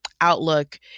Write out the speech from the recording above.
outlook